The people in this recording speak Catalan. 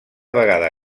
vegada